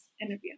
interview